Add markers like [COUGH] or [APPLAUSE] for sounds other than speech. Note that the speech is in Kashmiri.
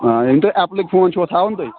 آ [UNINTELLIGIBLE] تُہۍ ایٚپلٕکۍ فون چھُوا تھاوان تُہۍ